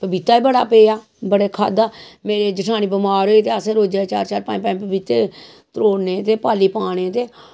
पपीता बी बड़ा पेदा बड़ा खाद्दा में मेरी जठानी बमार होई ते असैं रोजा दे चार चार पंज पंज पपीते त्रोड़ने ते पाल्ले पाने ते